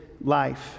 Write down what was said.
life